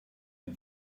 and